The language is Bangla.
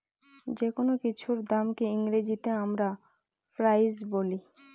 যেকোনো কিছুর দামকে ইংরেজিতে আমরা প্রাইস বলি